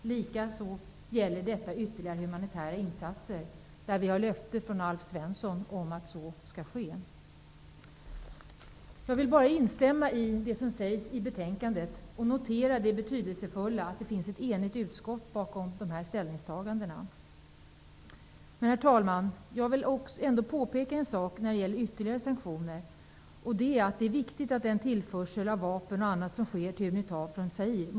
Detta gäller också beträffande ytterligare humanitära insatser. Alf Svensson har gett löfte om att så skall ske. Jag vill instämma i det som sägs i betänkandet och notera det betydelsefulla i att det är ett enigt utskott som står bakom dessa ställningstaganden. Herr talman! När det gäller ytterligare sanktioner vill jag påpeka att det är viktigt att stoppa tillförseln av bl.a. vapen till Unita från Zaire.